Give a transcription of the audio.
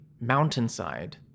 mountainside